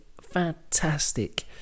fantastic